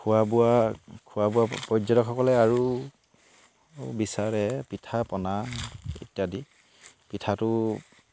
খোৱা বোৱা খোৱা বোৱা পৰ্যটকসকলে আৰু বিচাৰে পিঠা পনা ইত্যাদি পিঠাটো